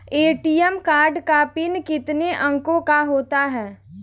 ATM card का PIN कितने अंकों का होता है?